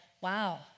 wow